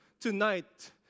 tonight